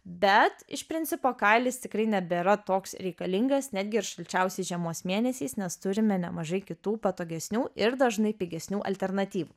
bet iš principo kailis tikrai nebėra toks reikalingas netgi ir šalčiausiais žiemos mėnesiais nes turime nemažai kitų patogesnių ir dažnai pigesnių alternatyvų